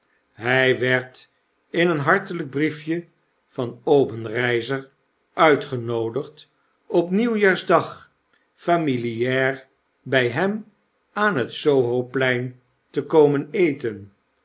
hy werd in een hartelgk briefje van obenreizer uitgenoodigd op nieuwjaarsdag familiaar by hem aan net sohoplein te komen eten